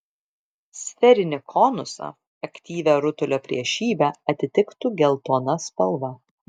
sferinį konusą aktyvią rutulio priešybę atitiktų geltona spalva